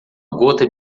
gota